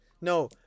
No